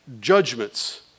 judgments